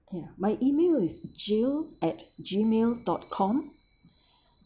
ya my email is jill at G mail dot com